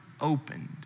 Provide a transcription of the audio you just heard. opened